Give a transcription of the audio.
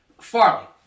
Farley